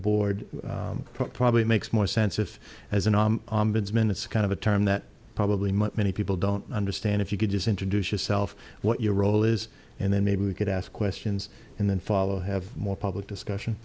board probably makes more sense if as an admin it's kind of a term that probably most many people don't understand if you could just introduce yourself what your role is and then maybe we could ask questions and then follow have more public discussion